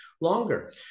longer